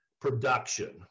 production